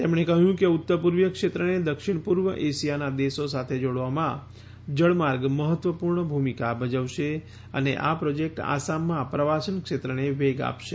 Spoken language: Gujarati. તેમણે કહ્યું કે ઉત્તર પૂર્વીય ક્ષેત્રને દક્ષિણ પૂર્વ એશિયાના દેશો સાથે જોડવામાં જળમાર્ગ મહત્વપૂર્ણ ભૂમિકા ભજવશે અને આ પ્રોજેક્ટ આસામમાં પ્રવાસન ક્ષેત્રને વેગ આપશે